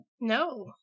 no